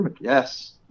Yes